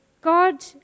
God